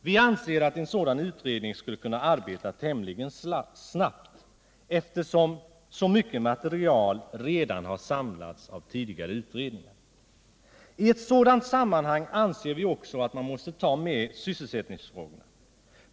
Vi anser att en sådan utredning skulle kunna arbeta tämligen snabbt, eftersom så mycket material redan har samlats av tidigare utredningar. I ett sådant sammanhang anser vi också att man måste ta med sysselsättningsfrågorna.